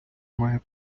має